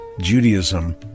Judaism